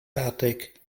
fertig